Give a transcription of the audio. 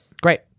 Great